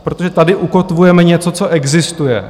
Protože tady ukotvujeme něco, co existuje.